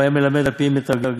ואם היה מלמד על-פי מתרגם,